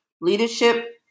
Leadership